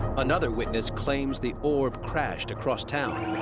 another witness claims the orb crashed across town.